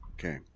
Okay